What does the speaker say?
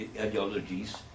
ideologies